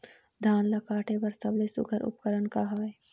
धान ला काटे बर सबले सुघ्घर उपकरण का हवए?